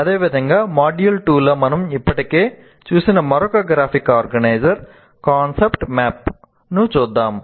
అదేవిధంగా మాడ్యూల్ 2 లో మనం ఇప్పటికే చూసిన మరొక గ్రాఫిక్ ఆర్గనైజర్ - కాన్సెప్ట్ మ్యాప్ ను చూద్దాం